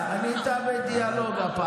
אני, אין לי בעיה, אני בדיאלוג איתה הפעם.